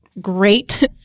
great